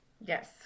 Yes